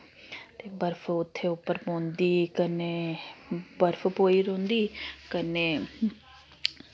ते बर्फ उत्थै उप्पर पौंदी कन्नै बर्फ पोई रौंह्दी कन्नै